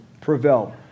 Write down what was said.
prevail